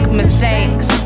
mistakes